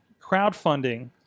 crowdfunding